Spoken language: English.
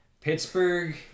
Pittsburgh